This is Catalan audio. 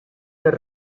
per